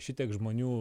šitiek žmonių